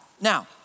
Now